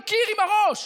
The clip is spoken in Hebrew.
על קיר עם הראש.